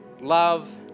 love